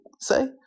say